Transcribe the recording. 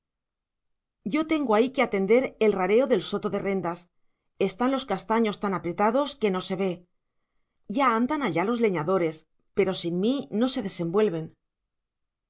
yo tengo ahí que atender al rareo del soto de rendas están los castaños tan apretados que no se ve ya andan allá los leñadores pero sin mí no se desenvuelven